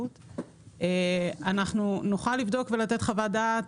אנחנו נוכל לבדוק ולתת חוות דעת.